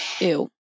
Ew